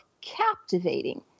captivating